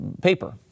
paper